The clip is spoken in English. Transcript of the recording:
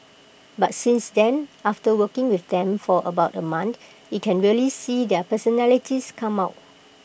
but since then after working with them for about A month you can really see their personalities come out